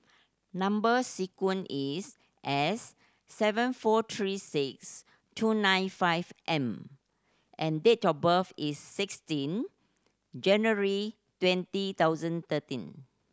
number sequence is S seven four three six two nine five M and date of birth is sixteen January twenty thousand thirteen